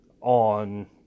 on